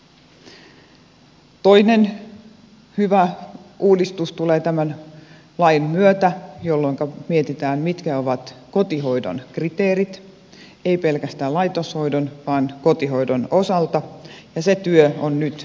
toinen hyvä uudistus tulee tämän lain myötä jolloin mietitään mitkä ovat kotihoidon kriteerit ei pelkästään laitoshoidon vaan kotihoidon osalta ja se työ on nyt jo käynnissä